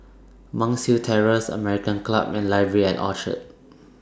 Monk's Hill Terrace American Club and Library At Orchard